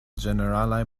ĝeneralaj